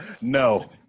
No